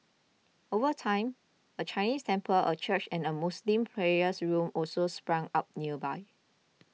over time a Chinese temple a church and a Muslim prayers room also sprang up nearby